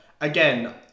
Again